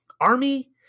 army